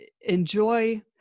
enjoy